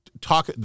talk—